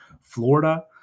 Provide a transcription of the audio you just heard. Florida